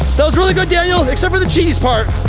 but was really good daniel, except for the cheese part.